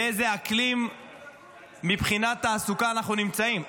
באיזה אקלים מבחינת תעסוקה אנחנו נמצאים.